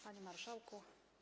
Panie Marszałku!